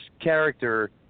character